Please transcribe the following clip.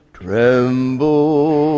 tremble